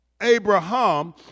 Abraham